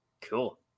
Cool